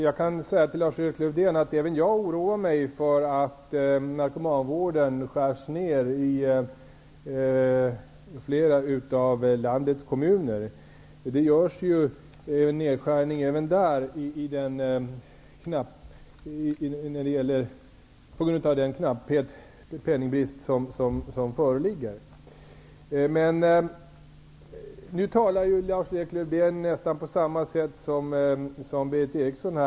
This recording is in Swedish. Herr talman! Till Lars-Erik Lövdén vill jag säga att även jag oroar mig för att narkomanvården skärs ned i flera av landets kommuner. Lars-Erik Lövdén talar i övrigt nästan på samma sätt som Berith Eriksson.